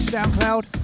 SoundCloud